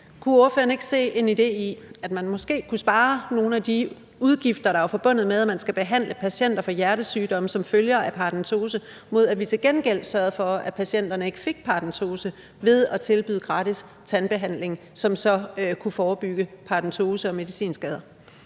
Kunne ordføreren ikke se en idé i, at man måske kunne spare nogle af de udgifter, der er forbundet med, at man skal behandle patienter for hjertesygdomme, som følger af paradentose, mod at vi til gengæld sørgede for, at patienterne ikke fik paradentose, ved at tilbyde gratis tandbehandling, som så kunne forebygge paradentose og medicinskader?